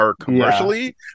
commercially